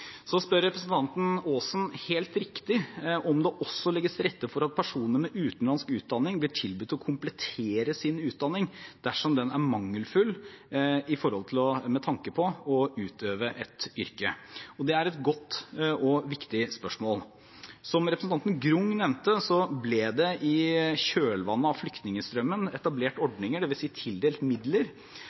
spør også – helt riktig – om det legges til rette for at personer med utenlandsk utdanning blir tilbudt å komplettere sin utdanning dersom den er mangelfull med tanke på å utøve et yrke. Det er et godt og viktig spørsmål. Som representanten Grung nevnte, ble det i kjølvannet av flyktningstrømmen etablert ordninger, det vil si tildelt midler,